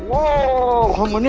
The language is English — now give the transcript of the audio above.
oh,